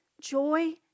joy